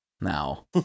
now